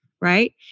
right